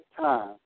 time